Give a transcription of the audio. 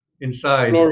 inside